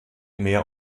mehr